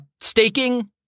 staking